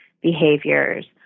behaviors